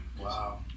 Wow